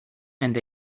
and